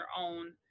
own